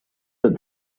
but